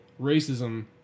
racism